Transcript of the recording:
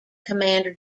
commander